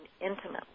intimately